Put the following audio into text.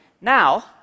Now